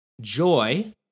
Joy